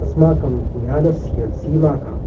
अस्माकं ज्ञानस्य सीमा का